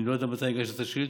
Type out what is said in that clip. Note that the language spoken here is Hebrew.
אני לא יודע מתי הגשת את השאילתה.